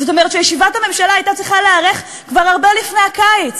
זאת אומרת שישיבת הממשלה הייתה צריכה להיערך כבר הרבה לפני הקיץ.